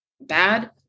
bad